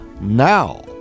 now